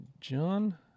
John